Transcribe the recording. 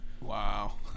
Wow